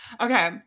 Okay